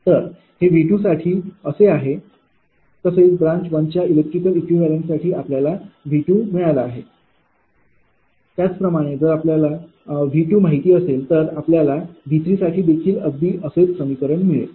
तर हे 𝑉 साठी असे आहे तसेच ब्रांच 1 च्या इलेक्ट्रिकल इक्विव्हॅलेंट साठी आपल्याला 𝑉 मिळाला आहे त्याचप्रमाणे जर आपल्याला 𝑉 माहिती असेल तर आपल्याला 𝑉 साठी देखील अगदी असेच समीकरण मिळेल